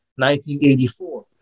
1984